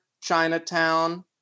Chinatown